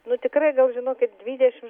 nu tikrai gal žinokit gal dvidešimt